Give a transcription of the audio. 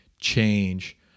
change